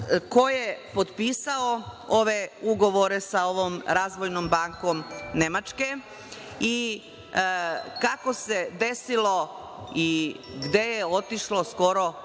ko je potpisao ove ugovore sa ovom Razvojnom bankom Nemačke i kako se desilo, gde je otišlo skoro